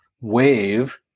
wave